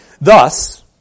Thus